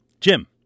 Jim